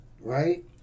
right